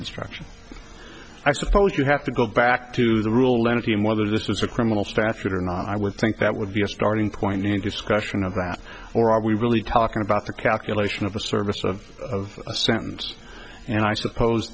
construction i suppose you have to go back to the rule lenity and whether this was a criminal statute or not i would think that would be a starting point and discussion of that or are we really talking about the calculation of a service of a sentence and i suppose